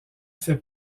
fait